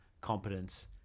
competence